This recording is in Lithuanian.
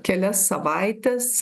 kelias savaites